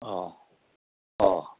औ औ